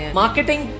marketing